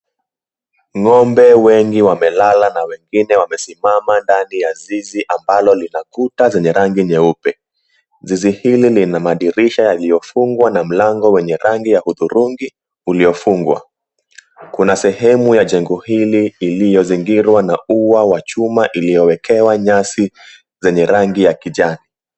Ng'ombe wengi wamelala na wengine wamesimama ndani ya zizi ambalo lina kuta zenye rangi nyeupe. Zizi hili lina madirisha yaliyofungwa na mlango wenye rangi ya hudhurungi uliofungwa. Kuna sehemu ya jengo hili iliyozingirwa na ua wa chuma iliyowekewa nyasi zenye rangi ya kijani.